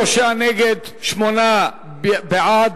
33 נגד, שמונה בעד.